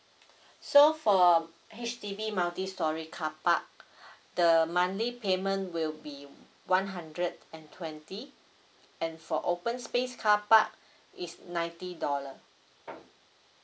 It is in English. so for H_D_B multi storey carpark the monthly payment will be one hundred and twenty and for open space carpark is ninety dollar